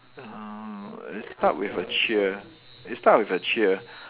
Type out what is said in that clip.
mm it start with a cheer it start with a cheer